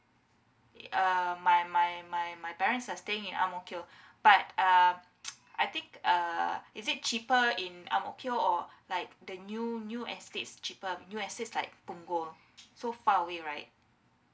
uh my my my my parents are staying in angmokio but um I think uh is it cheaper in angmokio or like the new new estates cheaper new estates like punggol so far away right